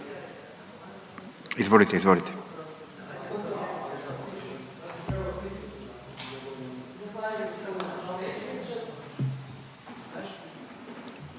Izvolite, izvolite.